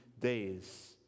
days